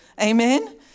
Amen